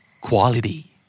Quality